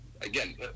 again